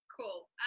Cool